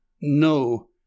No